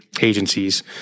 agencies